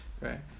right